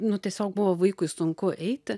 nu tiesiog buvo vaikui sunku eiti